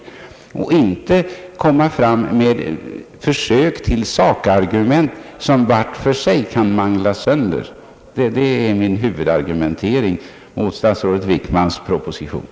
Det hade varit mycket bättre än att presentera försök till sakargument som vart och ett för sig kan manglas sönder. Det är mina huvudargument mot statsrådet Wickmans proposition.